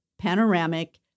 panoramic